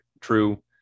true